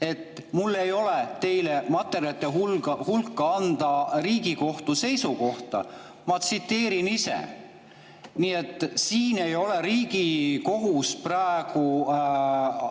et mul ei ole teile materjalide hulka anda Riigikohtu seisukohta, ma tsiteerin ise. Nii et siin ei ole Riigikohus praegu